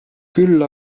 küll